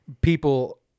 people